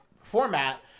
format